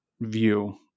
view